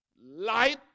light